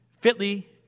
fitly